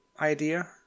idea